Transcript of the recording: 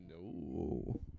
No